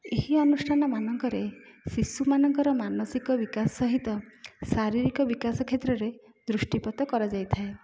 ଏହି ଅନୁଷ୍ଠାନ ମାନଙ୍କରେ ଶିଶୁମାନଙ୍କର ମାନସିକ ବିକାଶ ସହିତ ଶାରୀରିକ ବିକାଶ କ୍ଷେତ୍ରରେ ଦୃଷ୍ଟିପାତ କରାଯାଇଥାଏ